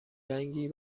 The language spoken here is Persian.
رنگی